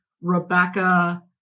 Rebecca